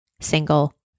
single